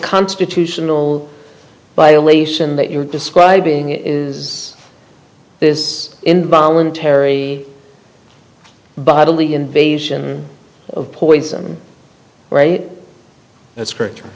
constitutional violation that you're describing is this involuntary bodily invasion of poison where it's critter